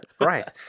Right